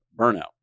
burnout